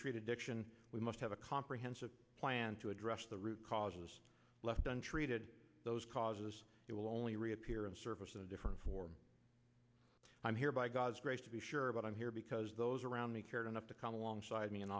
treat addiction we must have a comprehensive plan to address the root causes left untreated those causes will only reappear in service of a different form i'm here by god's grace to be sure but i'm here because those around me cared enough to come alongside me an